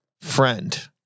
friend